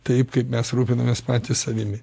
taip kaip mes rūpinamės patys savimi